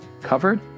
covered